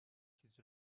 his